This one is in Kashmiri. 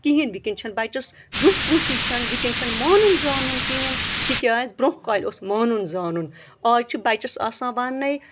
کِہیٖنۍ وٕنۍکٮ۪ن چھِنہٕ بَچس زیُٹھ کوٗنٛسٕے چھَنہ وٕنۍکٮ۪ن چھُنہٕ مانُن زانُن کِہیٖنۍ تِکیٛازِ برٛونٛہہ کالہِ اوس مانُن زانُن آز چھِ بَچَس آسان ونٛنَے